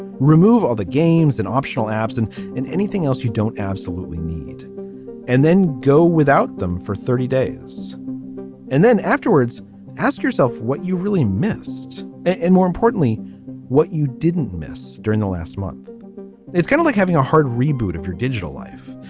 remove all the games and optional apps and in anything else you don't absolutely need and then go without them for thirty days and then afterwards ask yourself what you really missed. and more importantly what you didn't miss during the last month is kind of like having a hard reboot of your digital life.